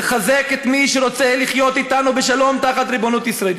לחזק את מי שרוצה לחיות אתנו בשלום תחת ריבונות ישראלית.